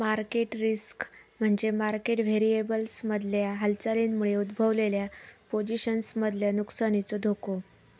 market risk म्हणजे market व्हेरिएबल्समधल्या हालचालींमुळे उद्भवलेल्या पोझिशन्समधल्या नुकसानीचो धोको